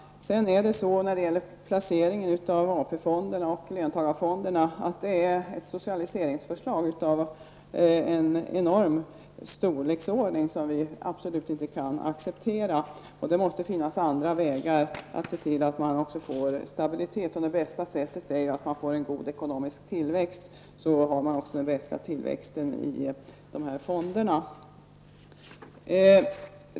När det gäller placeringen av AP fonderna och löntagarfonderna är det ett socialiseringsförslag av en enorm storleksordning, som vi absolut inte kan acceptera. Det måste finnas andra vägar att se till att man också får stabilitet. Och det bästa sättet är ju att man får en god ekonomisk tillväxt. Då har man också den rätta tillväxten i dessa fonder.